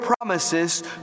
promises